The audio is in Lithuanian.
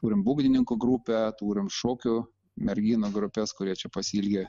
turim būgnininkų grupę turim šokių merginų grupes kurie čia pasiilgę